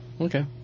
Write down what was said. Okay